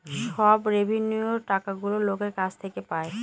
সব রেভিন্যুয়র টাকাগুলো লোকের কাছ থেকে পায়